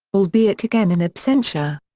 albeit again in absentia.